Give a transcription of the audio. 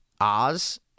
Oz